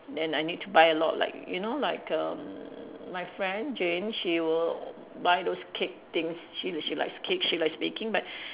then I need to buy a lot like you know like erm my friend Jane she will buy those cake things she she likes cake she likes baking but